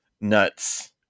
nuts